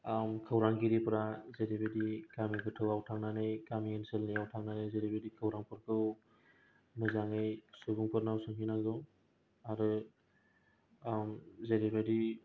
खौरांगिरिफोरा जेरै बायदि गामि गोथौआव थांनानै गामि ओनसोलाव थांनानै जेरै बायदि खौरांफोरखौ मोजाङै सुबुंफोरनो सहैहोदों आरो जेरै बादि